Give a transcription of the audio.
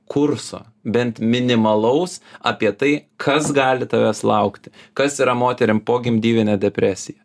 kurso bent minimalaus apie tai kas gali tavęs laukti kas yra moterim pogimdyvinė depresija